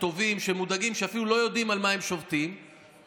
הם טובים ומודאגים שאפילו לא יודעים על מה הם שובתים ומפגינים,